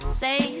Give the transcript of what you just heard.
say